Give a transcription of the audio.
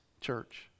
church